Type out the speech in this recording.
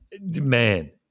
Man